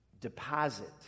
Deposit